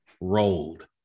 rolled